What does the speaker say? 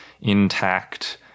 intact